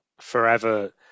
forever